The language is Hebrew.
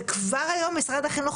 וכבר היום משרד החינוך,